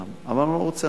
אבל אני לא רוצה,